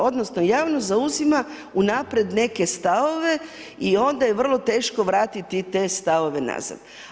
Odnosno, javnost zauzima unaprijed neke stavove i onda je vrlo teško vratiti te stavove nazad.